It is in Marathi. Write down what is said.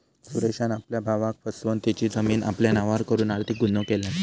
सुरेशान आपल्या भावाक फसवन तेची जमीन आपल्या नावार करून आर्थिक गुन्हो केल्यान